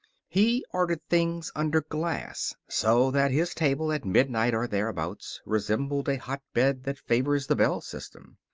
he ordered things under glass, so that his table, at midnight or thereabouts, resembled a hotbed that favors the bell system.